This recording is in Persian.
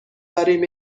داریم